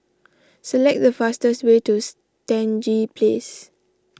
select the fastest way to Stangee Place